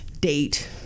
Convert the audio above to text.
Date